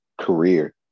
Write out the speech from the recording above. career